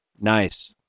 Nice